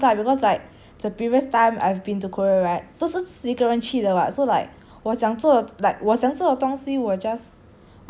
for me it was lah because like the previous time I've been to korea right 都是自己一个人去的 [what] so like 我想做的 like 我想做的东西我 just